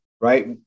right